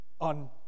on